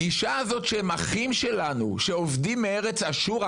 הגישה הזאת שהם אחים שלנו שאובדים מארץ אשור,